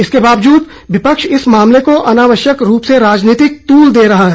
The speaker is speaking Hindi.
इसके बावजूद विपक्ष इस मामले को अनावश्यक रूप से राजनीतिक तूल दे रहा है